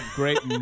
great